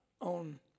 on